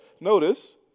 notice